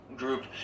Group